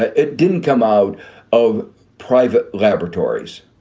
it didn't come out of private laboratories.